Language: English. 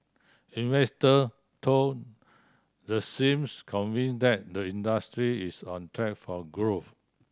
investor though the seems convinced that the industry is on track for growth